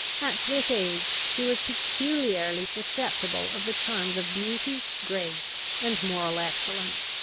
at this age she was peculiarly susceptible of the charms of beauty, grace, and moral excellence,